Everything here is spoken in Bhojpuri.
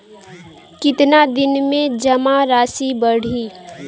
कितना दिन में जमा राशि बढ़ी?